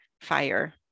fire